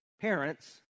parents